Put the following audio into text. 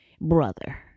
brother